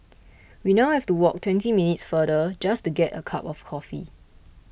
we now have to walk twenty minutes farther just to get a cup of coffee